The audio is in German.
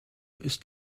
ist